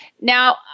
Now